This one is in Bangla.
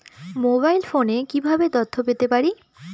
মোবাইল ফোনে কিভাবে তথ্য পেতে পারি?